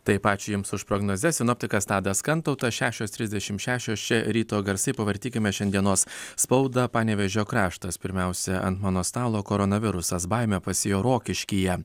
taip ačiū jums už prognozes sinoptikas tadas kantautas šešios trisdešimt šešios čia ryto garsai pavartykime šiandienos spaudą panevėžio kraštas pirmiausia ant mano stalo koronavirusas baimę pasėjo rokiškyje